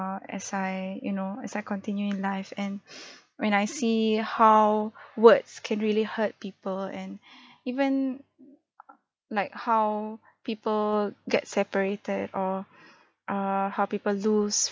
uh as I you know as I continue in life and when I see how words can really hurt people and even like how people get separated or uh how people lose